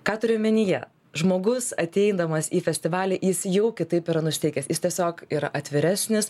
ką turiu omenyje žmogus ateidamas į festivalį jis jau kitaip yra nusiteikęs jis tiesiog yra atviresnis